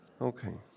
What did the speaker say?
Okay